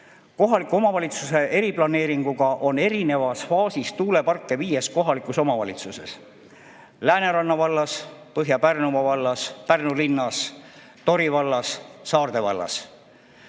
Kohaliku omavalitsuse eriplaneeringuga on erinevas faasis tuuleparke viies kohalikus omavalitsuses: Lääneranna vallas, Põhja-Pärnumaa vallas, Pärnu linnas, Tori vallas ja Saarde vallas.